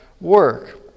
work